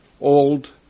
old